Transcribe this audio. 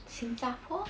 新加坡